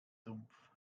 sumpf